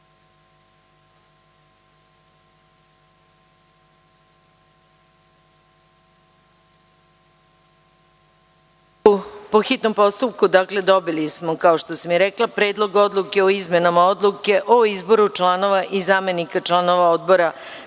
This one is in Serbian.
hitnom postupku dobili smo kao i što sam rekla Predlog odluke o izmenama Odluke o izboru članova i zamenika članova odbora